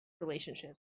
relationships